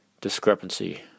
discrepancy